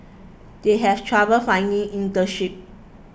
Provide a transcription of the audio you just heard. they have trouble finding internship